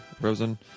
Rosen